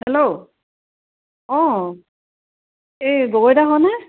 hello অঁ এই গগৈদা হয়নে